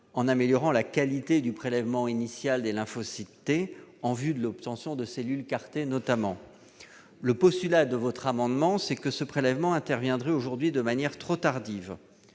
en améliorant la « qualité » du prélèvement initial des lymphocytes T, en vue de l'obtention de cellules. Le postulat de l'amendement est que ce prélèvement intervient aujourd'hui de manière trop tardive.